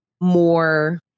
more